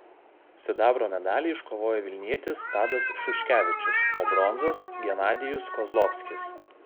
sidabro medalį iškovojo vilnietis tadas šuškevičius o bronzos genadijus kozlovskis